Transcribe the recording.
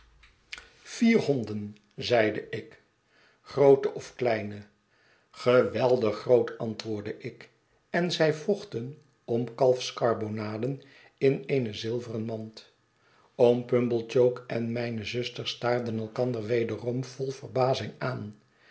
vier honden zeide ik groote of kleine geweldig groot antwoordde ik en zij vochten om kalfskarbonaden in eene zilveren mand oom pumblechook en mijne zuster staarden elkander wederom vol verbazing aan